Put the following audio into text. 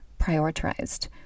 Prioritized